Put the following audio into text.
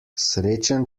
srečen